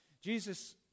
Jesus